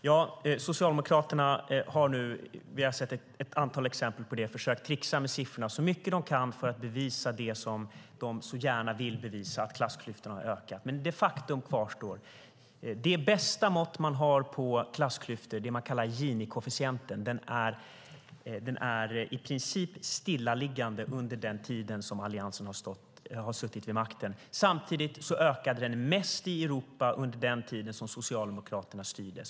Herr talman! Vi har sett ett antal exempel på att Socialdemokraterna har försökt tricksa så mycket de kan med siffrorna för att bevisa det de så gärna vill bevisa: att klassklyftorna har ökat. Faktum kvarstår dock att det bästa mått man har på klassklyftor, det man kallar Gini-koefficienten, har varit i princip stillaliggande under den tid Alliansen har suttit vid makten. Samtidigt ökade den mest i Europa under den tid Socialdemokraterna styrde.